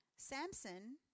Samson